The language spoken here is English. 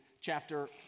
chapter